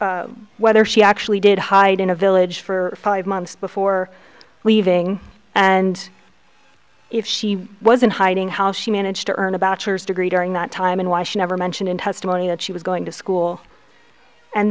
that whether she actually did hide in a village for five months before leaving and if she was in hiding how she managed to earn about degree during that time in wash never mention in testimony that she was going to school and